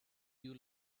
you